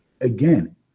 again